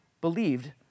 believed